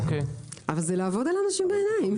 אבל זה לעבוד על אנשים בעיניים.